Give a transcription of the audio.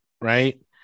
right